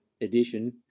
edition